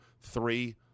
Three